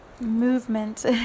movement